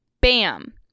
bam